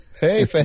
Hey